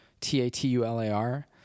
T-A-T-U-L-A-R